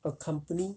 a company